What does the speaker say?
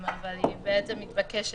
היא מתבקשת,